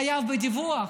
חייב בדיווח.